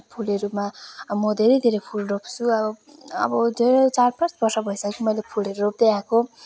फुलहरूमा म धेरै धेरै फुल रोप्छु अब अब धेरै चार पाँच वर्ष भइसक्यो मैले फुलहरू रोप्दै आएको